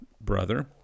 brother